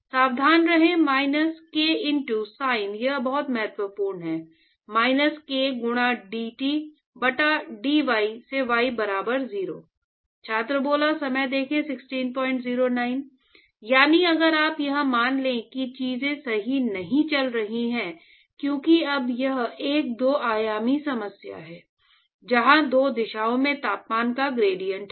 सावधान रहें minus k into sign यहाँ बहुत महत्वपूर्ण है माइनस k गुणा dT बटा dy at y बराबर 0 यानी अगर आप यह मान लें कि चीजें सही नहीं चल रही हैं क्योंकि अब यह एक दो आयामी समस्या है जहां दोनों दिशाओं में तापमान का ग्रेडिएंट है